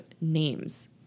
names